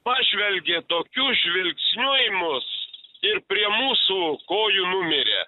pažvelgė tokiu žvilgsniu į mus ir prie mūsų kojų numirė